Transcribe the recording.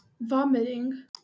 Vomiting